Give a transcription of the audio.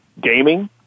gaming